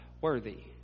worthy